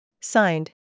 Signed